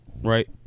right